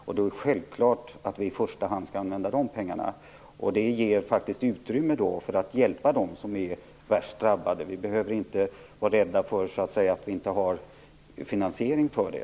Då är det självklart att vi i första hand skall använda de pengarna. Det ger faktiskt utrymme för att hjälpa dem som är värst drabbade. Vi behöver inte vara rädda för att inte ha finansiering för det.